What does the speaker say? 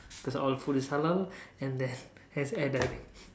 cause all food is halal and then there's air diving